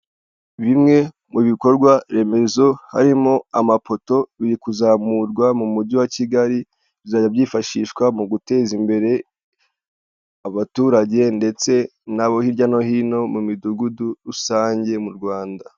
Bimwe mu bikorwa remezo harimo amapoto biri kuzamurwa mu mujyi wa Kigali bizajya byifashishwa mu guteza imbere abaturage ndetse nabo hirya no hino mu midugudu rusange mu Rwanda.